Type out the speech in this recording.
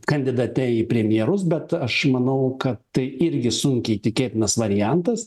kandidate į premjerus bet aš manau kad tai irgi sunkiai tikėtinas variantas